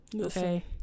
Okay